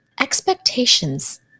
Expectations